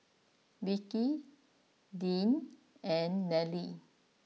Vicy Deane and Nallely